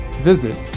visit